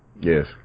Yes